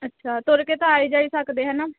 ਅੱਛਾ ਤੁਰ ਕੇ ਤਾਂ ਆਈ ਜਾਈ ਸਕਦੇ ਹੈ ਨਾ